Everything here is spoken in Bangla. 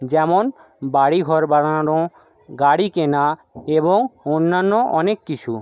যেমন বাড়ি ঘর বানানো গাড়ি কেনা এবং অন্যান্য অনেক কিছু